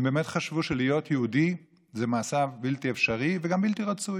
הם באמת חשבו שלהיות יהודי זה מעשה בלתי אפשרי וגם בלתי רצוי.